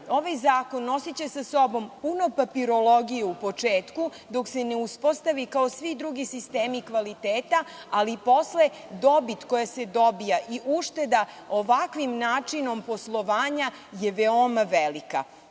Ovaj zakon nosiće sa sobom punu papirologiju u početku, dok se ne uspostavi kao i svi drugi sistemi kvaliteta, ali posle dobit koja se dobija i ušteda ovakvim načinom poslovanja je veoma velika. Srpska